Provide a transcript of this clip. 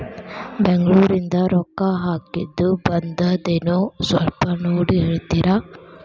ಬೆಂಗ್ಳೂರಿಂದ ರೊಕ್ಕ ಹಾಕ್ಕಿದ್ದು ಬಂದದೇನೊ ಸ್ವಲ್ಪ ನೋಡಿ ಹೇಳ್ತೇರ?